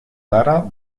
lara